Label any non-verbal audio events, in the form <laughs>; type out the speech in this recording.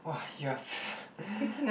!wah! you're <laughs>